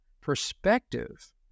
perspective